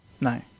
no